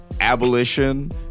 abolition